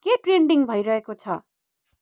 के ट्रेन्डिङ भइरहेको छ